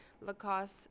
Lacoste